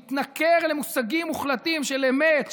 מתנכר למושגים מוחלטים של אמת,